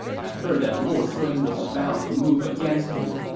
i heard that lord sun was about to move against me,